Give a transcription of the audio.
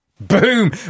Boom